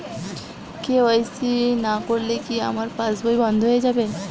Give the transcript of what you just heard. KYC না করলে কি আমার পাশ বই বন্ধ হয়ে যাবে?